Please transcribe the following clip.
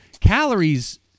calories